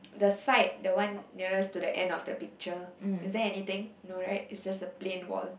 the side the one nearest to the end of the picture is there anything no right it's just a plain wall